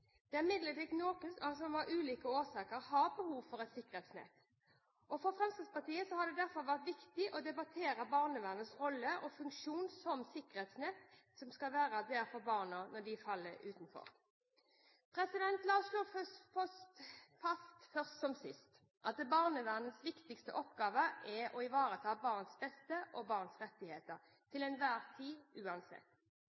Det er imidlertid noen som av ulike årsaker har behov for et sikkerhetsnett. For Fremskrittspartiet har det derfor vært viktig å debattere barnevernets rolle og funksjon som det sikkerhetsnettet det skal være for barn som faller utenfor. La oss slå fast først som sist at barnevernets viktigste oppgave er å ivareta barnas beste og barns rettigheter